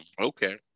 okay